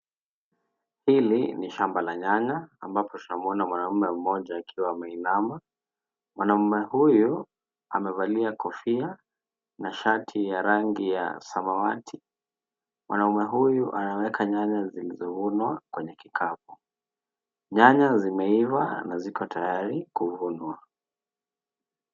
Hili ni shamba la nyanya ambapo tunamuona mwanaume mmoja akiwa ameinama. Mwanume huyu amevalia kofia na shati ya rangi ya samawati. Mwanaume huyu anaweka nyanya zilizovunwa kwenye kikapu. Nyanya zimeiva na ziko tayari kuvunwa.